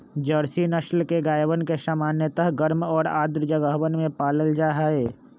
Jersey नस्ल के गायवन के सामान्यतः गर्म और आर्द्र जगहवन में पाल्ल जाहई